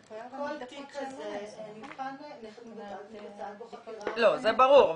כל תיק כזה מבוצעת בו חקירה --- זה ברור,